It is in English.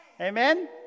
amen